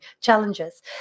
challenges